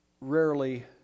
rarely